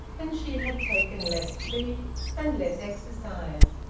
and she had taken less sleep and less exercise.